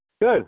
Good